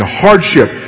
hardship